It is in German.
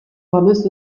pommes